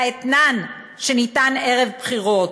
לאתנן שניתן ערב בחירות.